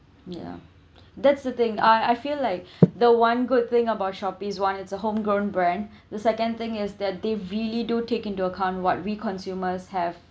ya that's the thing I I feel like the one good thing about Shopee one is a homegrown brand the second thing is that they really do take into account what we consumers have